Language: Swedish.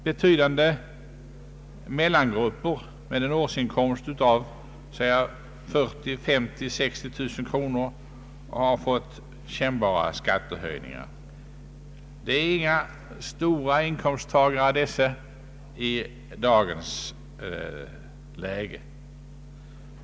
Betydande mellangrupper med en årsinkomst av, skall vi väga, 40 000, 50 000 och 60 000 kronor kommer att drabbas av kännbara skattehöjningar. I dagens läge är det inte några stora Ang. en reform av beskattningen, m.m. inkomsttagare.